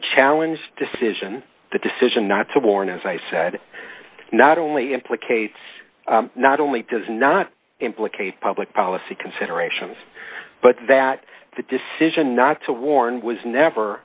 challenge decision the decision not to warn as i said not only implicates not only does not implicate public policy considerations but that the decision not to warn was never